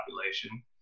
population